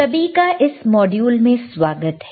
सभी का इस मॉड्यूल में स्वागत है